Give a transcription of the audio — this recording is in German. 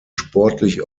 sportlich